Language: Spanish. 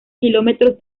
kilómetros